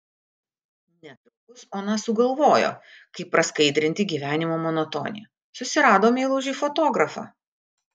netrukus ona sugalvojo kaip praskaidrinti gyvenimo monotoniją susirado meilužį fotografą